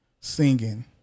singing